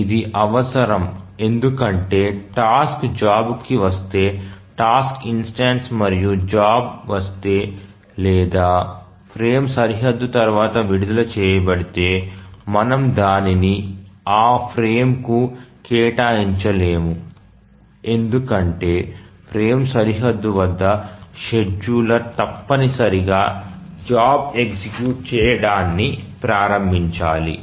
ఇది అవసరం ఎందుకంటే టాస్క్ జాబ్ కి వస్తే టాస్క్ ఇన్స్టెన్సు మరియు జాబ్ వస్తే లేదా ఫ్రేమ్ సరిహద్దు తర్వాత విడుదల చేయబడితే మనము దానిని ఆ ఫ్రేమ్కు కేటాయించలేము ఎందుకంటే ఫ్రేమ్ సరిహద్దు వద్ద షెడ్యూలర్ తప్పనిసరిగా జాబ్ ఎగ్జిక్యూట్ చేయడాన్ని ప్రారంభించాలి